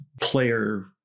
player